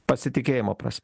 pasitikėjimo prasme